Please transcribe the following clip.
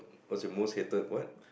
was your most hated what